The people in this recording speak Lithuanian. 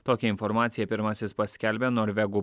tokią informaciją pirmasis paskelbė norvegų